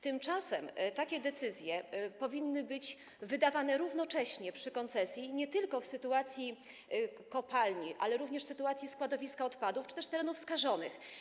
Tymczasem takie decyzje powinny być wydawane równocześnie z koncesją nie tylko w wypadku kopalni, ale również w wypadku składowiska odpadów czy też terenów skażonych.